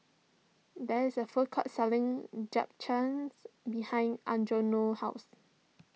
there is a food court selling Japchaes behind Algernon's house